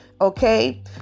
Okay